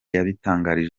yabitangarije